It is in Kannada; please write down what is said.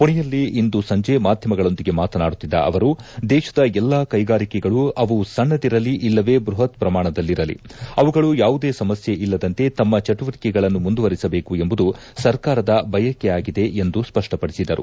ಪುಣೆಯಲ್ಲಿ ಇಂದು ಸಂಜೆ ಮಾಧ್ಯಮಗಳೊಂದಿಗೆ ಮಾತನಾಡುತ್ತಿದ್ದ ಅವರು ದೇಶದ ಎಲ್ಲಾ ಕೈಗಾರಿಕೆಗಳು ಅವು ಸಣ್ಣದಿರಲಿ ಇಲ್ಲವೆ ಬೃಹತ್ ಪ್ರಮಾಣದಲ್ಲಿರಲಿ ಅವುಗಳು ಯಾವುದೇ ಸಮಸ್ಟೆ ಇಲ್ಲದಂತೆ ತಮ್ನ ಚಟುವಟಿಕೆಗಳನ್ನು ಮುಂದುವರೆಸಬೇಕು ಎಂಬುದು ಸರ್ಕಾರದ ಬಯಕೆಯಾಗಿದೆ ಎಂದು ಸ್ವಷ್ಷಪಡಿಸಿದರು